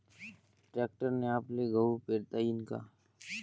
ट्रॅक्टरने आपल्याले गहू पेरता येईन का?